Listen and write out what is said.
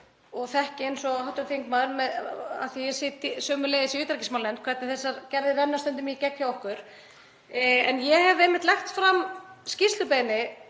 og þekki, eins og hv. þingmaður, af því að ég sit sömuleiðis í utanríkismálanefnd, hvernig þessar gerðir renna stundum í gegn hjá okkur. En ég hef einmitt lagt fram skýrslubeiðni